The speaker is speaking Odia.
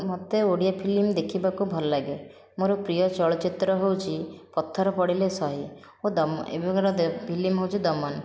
ମୋତେ ଓଡ଼ିଆ ଫିଲ୍ମ ଦେଖିବାକୁ ଭଲ ଲାଗେ ମୋର ପ୍ରିୟ ଚଳଚ୍ଚିତ୍ର ହେଉଛି ପଥର ପଡ଼ିଲେ ସହି ଏବେକାର ଫିଲ୍ମ ହେଉଛି ଦମନ